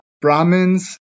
Brahmins